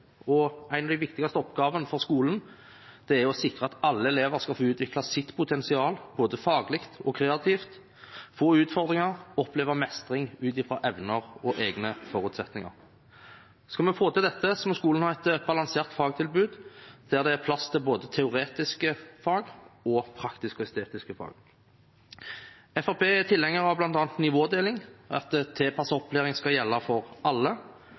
og en av de viktigste oppgavene for skolen er å sikre at alle elever skal få utvikle sitt potensial, både faglig og kreativt – få utfordringer og oppleve mestring ut fra evner og egne forutsetninger. Skal vi få til dette, må skolen ha et balansert fagtilbud der det er plass til både teoretiske fag og praktiske og estetiske fag. Fremskrittspartiet er tilhenger av bl.a. nivådeling, at tilpasset opplæring skal gjelde for alle,